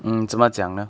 mm 怎么讲呢